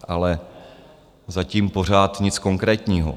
Ale zatím pořád nic konkrétního.